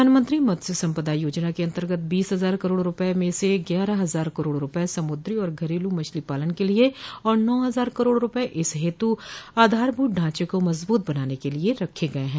प्रधानमंत्री मत्स्य सम्पदा योजना के अन्तर्गत बीस हजार करोड़ रूपये में से ग्यारह हजार करोड़ रूपये समूद्री और घरेलू मछली पालन के लिये और नौ हजार करोड़ रूपये इस हेतु आधारभूत ढांचे को मजबूत बनाने के लिये रखे गये हैं